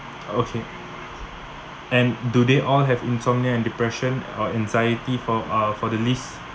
oh okay and do they all have insomnia and depression or anxiety for uh for the least